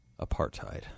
Apartheid